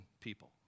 people